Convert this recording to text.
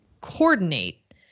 coordinate